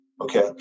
Okay